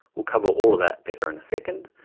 we'll cover all of that better in a second.